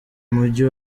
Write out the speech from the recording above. mujyi